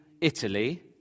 Italy